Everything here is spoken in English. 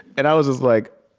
and i was just, like,